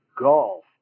golf